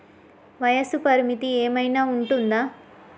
వయస్సు పరిమితి ఏమైనా ఉంటుందా?